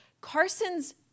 Carson's